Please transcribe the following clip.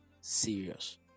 serious